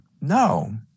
No